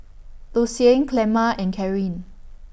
Lucian Clemma and Carin